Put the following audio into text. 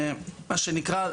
מה שנקרא,